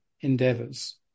endeavors